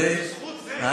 כל כך שמח שאתה מגיע למליאה.